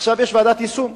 עכשיו יש ועדת יישום.